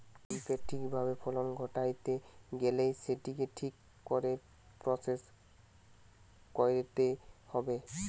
হেম্পের ঠিক ভাবে ফলন ঘটাইতে গেইলে সেটিকে ঠিক করে প্রসেস কইরতে হবে